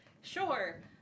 Sure